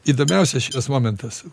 įdomiausias šitas momentas